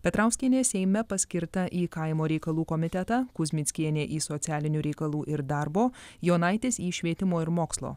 petrauskienė seime paskirta į kaimo reikalų komitetą kuzmickienė į socialinių reikalų ir darbo jonaitis į švietimo ir mokslo